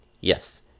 Yes